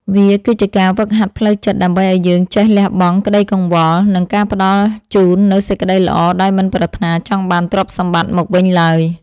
វាគឺជាការហ្វឹកហាត់ផ្លូវចិត្តដើម្បីឱ្យយើងចេះលះបង់ក្តីកង្វល់ និង ការផ្តល់ជូននូវសេចក្តីល្អដោយមិនប្រាថ្នាចង់បានទ្រព្យសម្បត្តិមកវិញឡើយ។